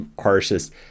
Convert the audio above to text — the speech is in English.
harshest